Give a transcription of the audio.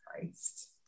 Christ